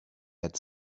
had